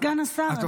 סגן השר,